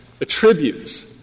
attributes